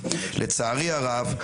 לצערי הרב,